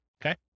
Okay